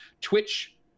Twitch